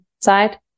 side